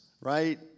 right